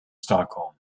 stockholm